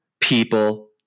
people